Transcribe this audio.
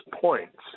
points